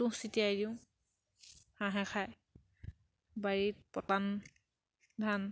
তুঁহ চটিয়াই দিওঁ হাঁহে খাই বাৰীত পটান ধান